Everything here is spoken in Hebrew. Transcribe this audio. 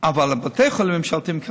אז לכולם היו צריכים להוסיף את השכר.